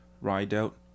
Rideout